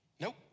nope